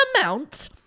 amount